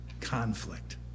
conflict